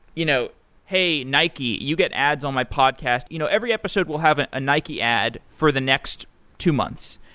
you know hey, nike. you get ads on my podcast. you know every episode will have a ah nike ad for the next two months.